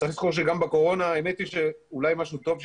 אמורים לפרסם מכרז לחברת ייעוץ שתעזור לנו,